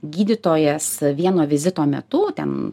gydytojas vieno vizito metu ten